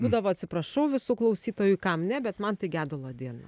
būdavo atsiprašau visų klausytojų kam ne bet man tai gedulo diena